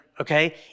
Okay